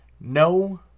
No